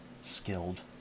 skilled